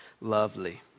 lovely